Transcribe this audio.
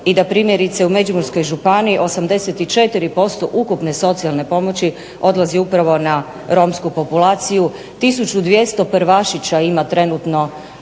i da primjerice u Međimurskoj županiji 84% ukupne socijalne pomoći odlazi upravo na romsku populaciju, 1200 prvašića ima trenutno